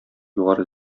югары